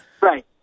Right